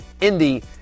Indy